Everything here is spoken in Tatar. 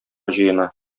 җыена